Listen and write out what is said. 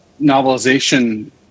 novelization